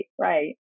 right